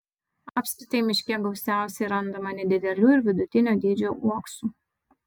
apskritai miške gausiausiai randama nedidelių ir vidutinio dydžio uoksų